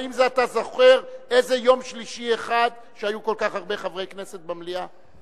האם אתה זוכר איזה יום שלישי אחד שהיו כל כך הרבה חברי כנסת במליאה?